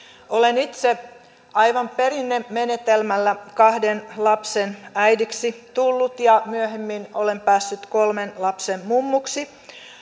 olen itse aivan perinnemenetelmällä kahden lapsen äidiksi tullut ja myöhemmin olen päässyt kolmen lapsen mummuksi